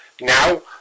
Now